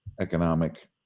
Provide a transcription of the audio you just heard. economic